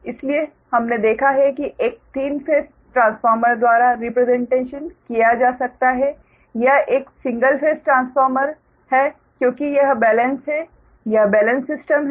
इसलिए हमने देखा है कि एक तीन फेस ट्रांसफार्मर द्वारा रिप्रेसेंटेशन किया जा सकता है या एक सिंगल फेस ट्रांसफार्मर है क्योंकि यह बेलेन्स है यह बेलेन्स सिस्टम है